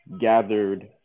gathered